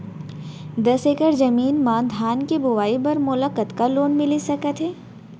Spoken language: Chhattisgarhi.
दस एकड़ जमीन मा धान के बुआई बर मोला कतका लोन मिलिस सकत हे?